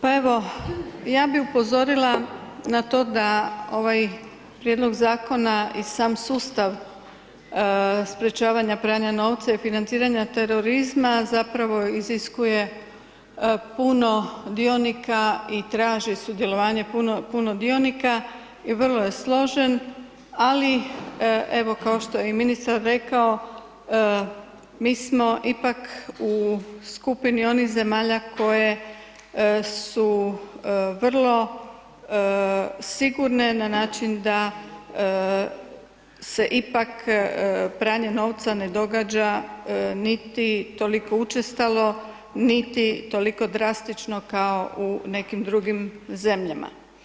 Pa evo, ja bi upozorila na to da ovaj prijedlog Zakona i sam sustav sprečavanja pranja novca i financiranja terorizma zapravo iziskuje puno dionika i traži sudjelovanje puno dionika i vrlo je složen, ali, evo kao što je i ministar rekao, mi smo ipak u skupini onih zemalja koje su vrlo sigurne na način da se ipak pranje novca ne događa niti toliko učestalo, niti toliko drastično, kao u nekim drugim zemljama.